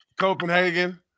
copenhagen